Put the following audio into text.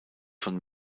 von